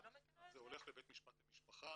זה הולך לבית משפט למשפחה,